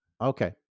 Okay